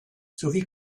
sowie